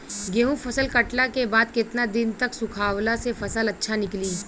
गेंहू फसल कटला के बाद केतना दिन तक सुखावला से फसल अच्छा निकली?